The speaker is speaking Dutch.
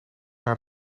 naar